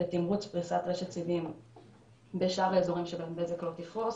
לתמרוץ פריסת רשת סיבים בשאר האזורים שבהם בזק לא תפרוס,